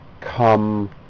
come